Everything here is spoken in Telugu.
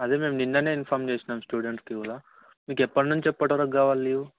అదే మేము నిన్ననే ఇన్ఫామ్ చేసాము స్టూడెంట్స్కి కూడా మీకు ఎప్పటి నుంచి ఎప్పటి వరకు కావాలి లీవ్